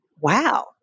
Wow